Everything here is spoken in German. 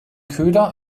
köder